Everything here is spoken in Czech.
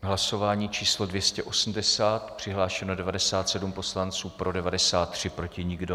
Hlasování číslo 280, přihlášeno 97 poslanců, pro 93, proti nikdo.